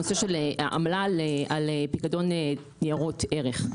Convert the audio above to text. נושא של עמלה על ניירות ערך.